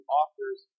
authors